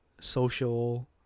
social